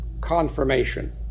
confirmation